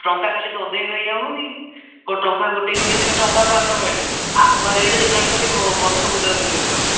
ଟଙ୍କା ଖାଲି ଗଦେଇ ନେଇ ଯାଉଛନ୍ତି କ'ଣ ଟଙ୍କା ଗୋଟେଇ ଗୋଟେଇ ତୁମେ ଟଙ୍କା ପାହାଡ଼ ପାଇଲେ ଆମ ବାରିଆଡ଼େ ଦେଖିଲା ବେଳକୁ ଖାଲି ଗଛ ବୁଦା ସବୁ ଦେଖାହେଉଛି